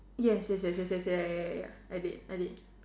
yes yes yes yes yes yes ya I did I did